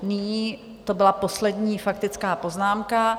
Nyní to byla poslední faktická poznámka.